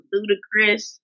Ludacris